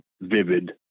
vivid